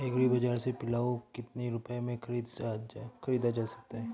Agree बाजार से पिलाऊ कितनी रुपये में ख़रीदा जा सकता है?